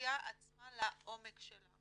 בסוגיה עצמה לעומק שלה.